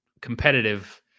competitive